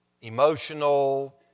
emotional